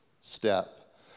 step